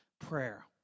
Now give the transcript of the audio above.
prayer